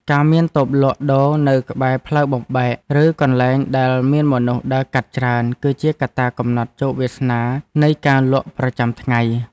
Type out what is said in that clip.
ការមានតូបលក់ដូរនៅក្បែរផ្លូវបំបែក ឬកន្លែងដែលមានមនុស្សដើរកាត់ច្រើន គឺជាកត្តាកំណត់ជោគវាសនានៃការលក់ប្រចាំថ្ងៃ។